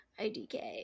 IDK